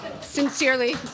Sincerely